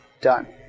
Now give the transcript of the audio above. done